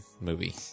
movie